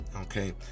okay